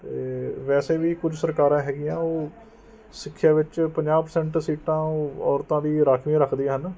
ਅਤੇ ਵੈਸੇ ਵੀ ਕੁਝ ਸਰਕਾਰਾਂ ਹੈਗੀਆਂ ਉਹ ਸਿੱਖਿਆ ਵਿੱਚ ਪੰਜਾਹ ਪਰਸੈਂਟ ਸੀਟਾਂ ਉਹ ਔਰਤਾਂ ਲਈ ਰਾਖਵੀਆਂ ਰੱਖਦੀਆਂ ਹਨ